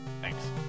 Thanks